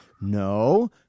no